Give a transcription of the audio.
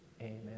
amen